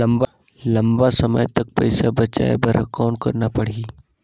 लंबा समय तक पइसा बचाये बर कौन करना पड़ही?